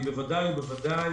היא בוודאי ובוודאי